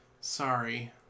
Sorry